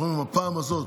אנחנו אומרים: מהפעם הזאת,